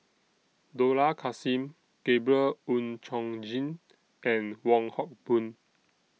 Dollah Kassim Gabriel Oon Chong Jin and Wong Hock Boon